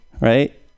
Right